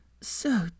So